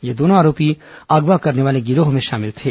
ये दोनों आरोपी अगवा करने वाले गिरोह में शामिल थे